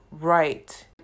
right